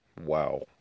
Wow